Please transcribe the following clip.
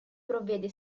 provvede